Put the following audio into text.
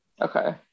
Okay